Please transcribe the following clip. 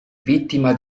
vittima